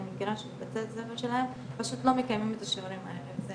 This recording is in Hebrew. מכירה שבבתי ספר שלהם לא מקיימים את השיעורים האלה וזה